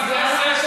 זוהיר,